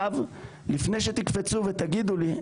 לפני שתקפצו ותגידו לי,